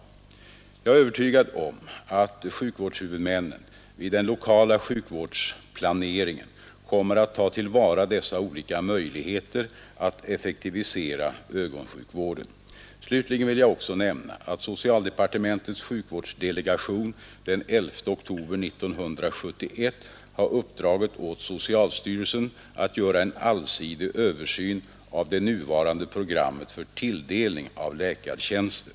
Jag är övertygad om att sjukvårdshuvudmännen vid den lokala sjukvårdsplaneringen kommer att ta till vara dessa olika möjligheter att effektivisera ögonsjukvården. Slutligen vill jag också nämna, att socialdepartementets sjukvårdsdelegation den 11 oktober 1971 har uppdragit åt socialstyrelsen att göra en allsidig översyn av det nuvarande programmet för tilldelning av läkartjänster.